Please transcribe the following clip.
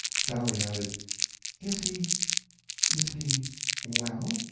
sally added is he is he well?